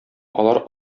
алар